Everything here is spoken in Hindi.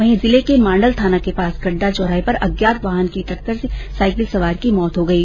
वहीं जिले के मांडल थाना के पास गड्ढा चौराहे पर अज्ञात वाहन की टक्कर से साईकिल सवार की मौत हो गई